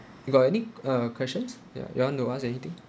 you got any uh questions ya you want to ask anything